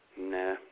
Nah